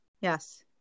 Yes